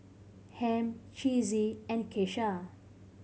Ham Chessie and Keisha